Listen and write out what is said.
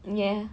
ya